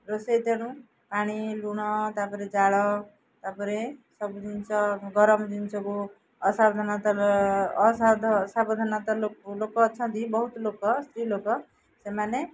ରୋଷେଇ ତେଣୁ ପାଣି ଲୁଣ ତା'ପରେ ଜାଳ ତା'ପରେ ସବୁ ଜିନିଷ ଗରମ ଜିନିଷକୁ ଅସାବଧାନତା ଲୋକ ଅଛନ୍ତି ବହୁତ ଲୋକ ସ୍ତ୍ରୀ ଲୋକ ସେମାନେ